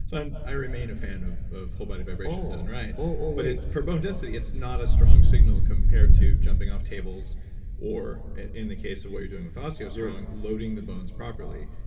i remain a fan of of whole body vibration done right. oh, oh. but for bone density, it's not as strong signal, compared to jumping off tables or in the case of what you're doing with osteostrong, loading the bones properly.